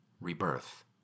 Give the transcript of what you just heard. Rebirth